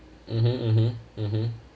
mmhmm mmhmm mmhmm